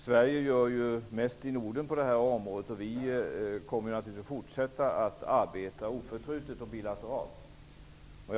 Sverige gör mest i Norden på det här området, och vi kommer naturligtvis att fortsätta att arbeta oförtrutet och bilateralt med detta.